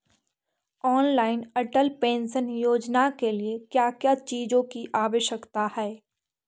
Online Atal pension योजना के लिए क्या क्या चीजों की आवश्यकता है?